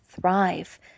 thrive